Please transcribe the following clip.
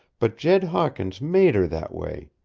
but jed hawkins made her that way.